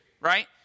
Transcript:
right